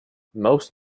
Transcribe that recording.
most